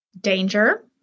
danger